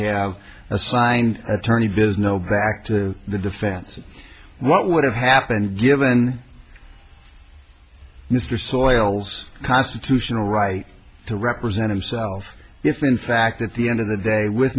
have assigned attorney does no back to the defense what would have happened given mr soils constitutional right to represent himself if in fact at the end of the day with